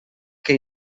que